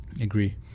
agree